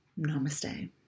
Namaste